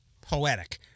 Poetic